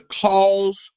cause